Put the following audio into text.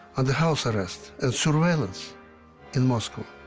under house arrest and surveillance in moscow,